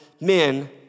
men